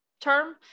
term